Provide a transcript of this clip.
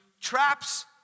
traps